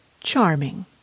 charming